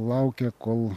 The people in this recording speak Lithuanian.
laukia kol